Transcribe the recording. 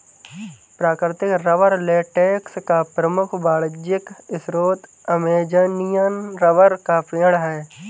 प्राकृतिक rubber latex का प्रमुख वाणिज्यिक स्रोत अमेज़ॅनियन रबर का पेड़ है